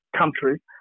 country